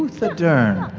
uthodurn.